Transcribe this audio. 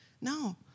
No